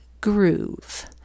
Groove